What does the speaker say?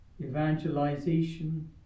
evangelization